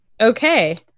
okay